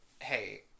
hey